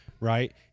Right